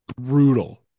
brutal